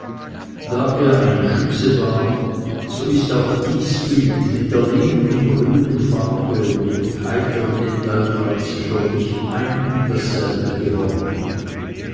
da er ein schütze war so ist auch dies bild mit der lieben grünen farbe und mit heiterm metallglanze für mich ein und dasselbe geworden